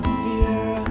fear